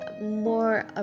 more